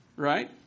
right